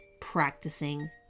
practicing